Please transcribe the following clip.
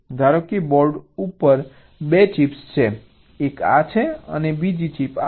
ધારો કે બોર્ડ ઉપર 2 ચિપ્સ છે એક આ છે અને બીજી ચિપ આ છે